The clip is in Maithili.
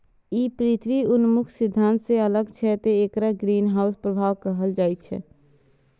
ई पृथ्वी उन्मुख सिद्धांत सं अलग छै, तें एकरा ग्रीनहाउस प्रभाव कहल जाइ छै